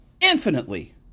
infinitely